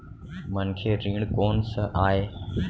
मनखे ऋण कोन स आय?